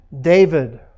David